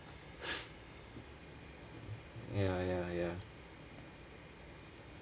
ya ya ya